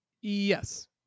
Yes